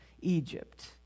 Egypt